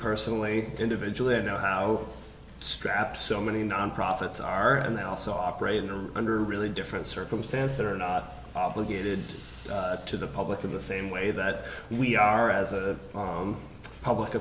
personally individually i know how strapped so many nonprofits are and they also operate in a under really different circumstance that are not obligated to the public in the same way that we are as a public